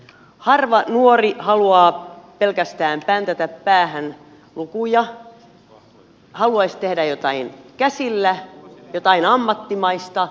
harva nuori haluaa pelkästään päntätä päähän lukuja moni haluaisi tehdä jotain käsillä jotain ammattimaista